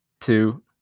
two